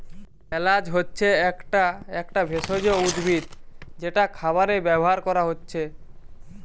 এলাচ হচ্ছে একটা একটা ভেষজ উদ্ভিদ যেটা খাবারে ব্যাভার কোরা হচ্ছে